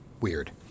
weird